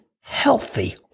healthy